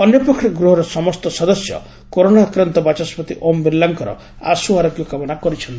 ଅନ୍ୟପକ୍ଷରେ ଗୃହର ସମସ୍ତ ସଦସ୍ୟ କରୋନା ଆକ୍ରାନ୍ତ ବାଚସ୍ବତି ଓମ୍ ବିଲାଙ୍କର ଆଶୁ ଆରୋଗ୍ୟ କାମନା କରିଛନ୍ତି